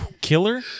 killer